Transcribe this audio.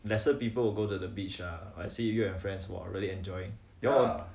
lesser people will go to the beach ah I see you and friends !wah! really enjoying go